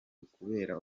ukubera